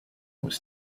was